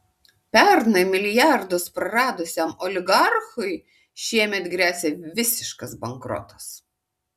pernai milijardus praradusiam oligarchui šiemet gresia visiškas bankrotas